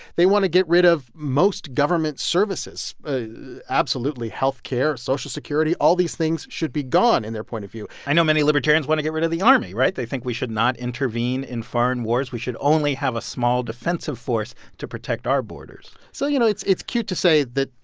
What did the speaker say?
they want to get rid of most government services absolutely health care, social security all these things should be gone in their point of view i know many libertarians want to get rid of the army, right? they think we should not intervene in foreign wars. we should only have a small defensive force to protect our borders so you know, it's it's cute to say that,